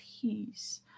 peace